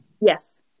Yes